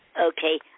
Okay